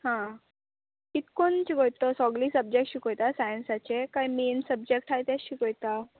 हां कितकोन शिकयता सोगली सब्जॅक्ट शिकोयता सायन्साचे काय मेन सब्जॅक्ट हाय ते शिकोयता